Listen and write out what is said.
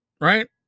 Right